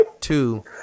two